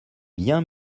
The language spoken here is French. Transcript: bien